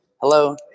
Hello